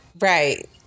right